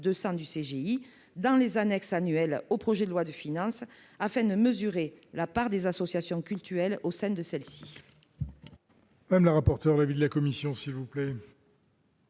des impôts dans les annexes annuelles au projet de loi de finances, afin de mesurer la part des associations cultuelles au sein de celles-ci.